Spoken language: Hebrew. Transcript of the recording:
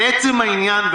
לעצם העניין,